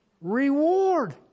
reward